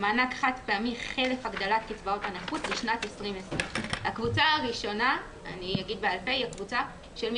מענק חד־פעמי חלף הגדלת קצבאות הנכות לשנת 2020 טור א' טור ב' סוג